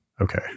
Okay